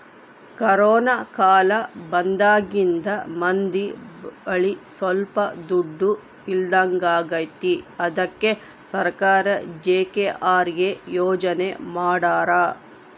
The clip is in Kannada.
ಕೊರೋನ ಕಾಲ ಬಂದಾಗಿಂದ ಮಂದಿ ಬಳಿ ಸೊಲ್ಪ ದುಡ್ಡು ಇಲ್ದಂಗಾಗೈತಿ ಅದ್ಕೆ ಸರ್ಕಾರ ಜಿ.ಕೆ.ಆರ್.ಎ ಯೋಜನೆ ಮಾಡಾರ